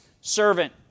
servant